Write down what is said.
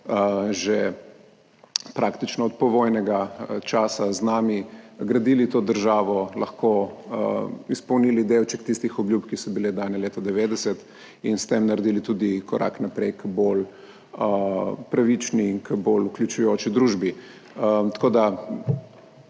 že praktično od povojnega časa z nami gradili to državo, izpolnili delček tistih obljub, ki so bile dane leta 1990, in s tem naredili tudi korak naprej k bolj pravični in k bolj vključujoči družbi.